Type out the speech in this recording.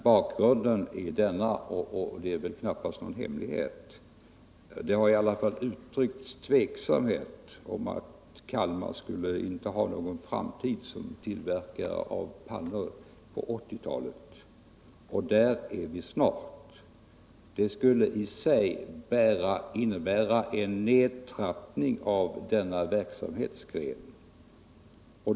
Bakgrunden är denna, och det är väl knappast någon hemlighet: Det har uttryckts tveksamhet om huruvida företaget i Kalmar skulle ha någon framtid som tillverkare av pannor på 1980-talet. Där är vi snart, och ett sådant förhållande skulle i sig innebära en nedtrappning av denna verksamhetsgren.